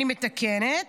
אני מתקנת: